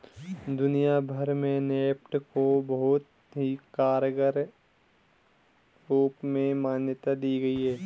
दुनिया भर में नेफ्ट को बहुत ही कारगर रूप में मान्यता दी गयी है